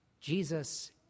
Jesus